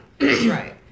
right